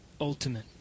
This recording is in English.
ultimate